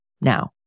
Now